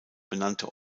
benannte